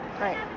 Right